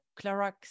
Clorox